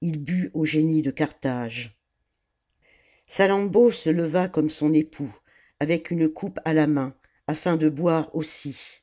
il but au génie de carthage salammbô se leva comme son époux avec une coupe à la main afin de boire aussi